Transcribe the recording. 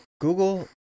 Google